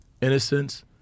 innocence